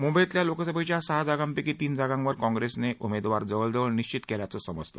मुंबईतील लोकसभेच्या सहा जागांपैकी तीन जागांवर कॉंग्रेसने उमेदवार जवळजवळ निश्चित केल्याचे समजते